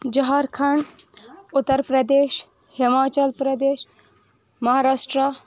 Jharkhand Uttar Pradesh Himachal Pradesh Maharashtra